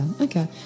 okay